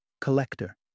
Collector